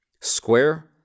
square